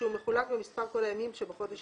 כשהוא מחולק במספר כל הימים שבחודש